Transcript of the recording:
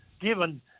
given